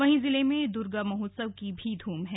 वहीं जिले में दुर्गा महोत्सव की भी धूम है